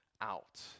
out